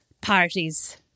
parties